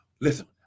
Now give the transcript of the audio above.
Listen